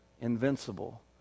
invincible